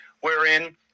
wherein